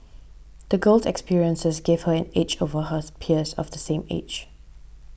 the girl's experiences gave her an edge over hers peers of the same age